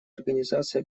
организации